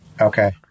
Okay